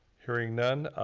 hearing none,